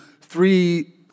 three